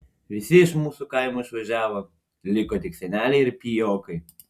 visi iš mūsų kaimo išvažiavo liko tik seneliai ir pijokai